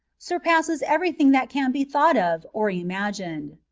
surpasses every thing that can be thought of or imagined.